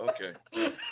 okay